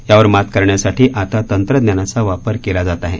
यावर मात करण्यासाठी आता तंत्रज्ञानाचा वापर केला जात आहे